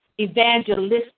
evangelistic